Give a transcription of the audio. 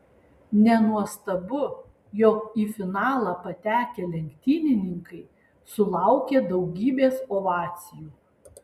nenuostabu jog į finalą patekę lenktynininkai sulaukė daugybės ovacijų